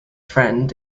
friend